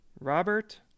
Robert